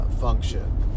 function